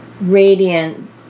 radiant